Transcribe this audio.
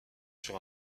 sur